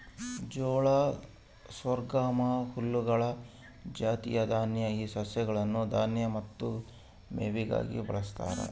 ಜೋಳ ಸೊರ್ಗಮ್ ಹುಲ್ಲುಗಳ ಜಾತಿಯ ದಾನ್ಯ ಈ ಸಸ್ಯಗಳನ್ನು ದಾನ್ಯ ಮತ್ತು ಮೇವಿಗಾಗಿ ಬಳಸ್ತಾರ